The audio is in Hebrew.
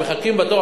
הן מחכות בתור,